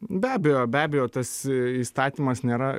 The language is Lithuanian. be abejo be abejo tas įstatymas nėra